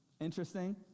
interesting